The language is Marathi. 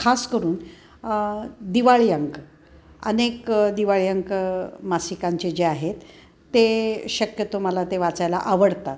खास करून दिवाळी अंक अनेक दिवाळी अंक मासिकांचे जे आहेत ते शक्यतो मला ते वाचायला आवडतात